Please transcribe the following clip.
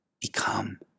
become